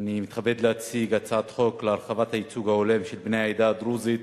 אני מתכבד להציג הצעת חוק להרחבת הייצוג ההולם של בני העדה הדרוזית